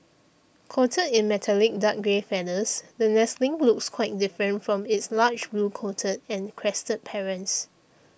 coated in metallic dark grey feathers the nestling looks quite different from its large blue coated and crested parents